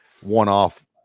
one-off